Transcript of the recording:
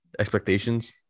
Expectations